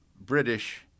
British